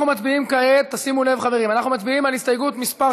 ומצביעים כעת על הסתייגות מס'